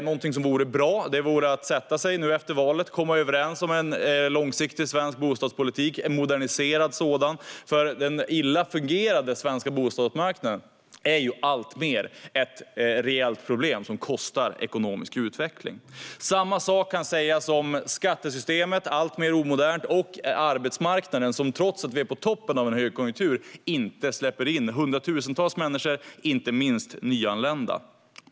Efter valet vore det bra om man kunde sätta sig och komma överens om en långsiktig och moderniserad svensk bostadspolitik, för den illa fungerande svenska bostadsmarknaden är alltmer ett reellt problem som kostar i ekonomisk utveckling. Samma sak kan sägas om skattesystemet, som är alltmer omodernt, och arbetsmarknaden, som trots att vi är på toppen av en högkonjunktur inte släpper in hundratusentals människor, inte minst nyanlända.